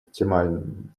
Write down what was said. оптимальным